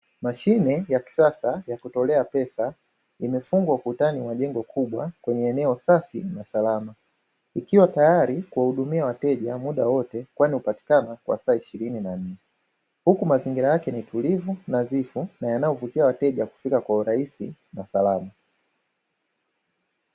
Mashine ya kisasa ya kutolea pesa imefungwa ukutani mwa jengo kubwa kwenye eneo safi na salama. Ikiwa tayari kuhudumia wateja muda wote kwani hupatikana mass ishirini na nne. Huku mazingira yake ni tulivu, nadhifu na yanayovutia wateja kufika kwa urahisi na usalama.